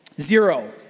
Zero